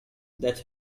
that